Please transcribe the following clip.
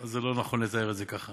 לא, זה לא נכון לתאר את זה ככה.